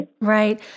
Right